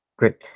Great